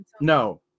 No